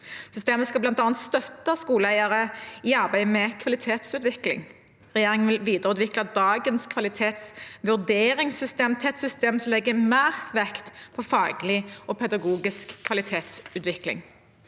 Systemet skal bl.a. støtte skoleeiere i arbeidet med kvalitetsutvikling. Regjeringen vil videreutvikle dagens kvalitetsvurderingssystem til et system som legger mer vekt på faglig og pedagogisk kvalitetsutvikling.